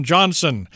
Johnson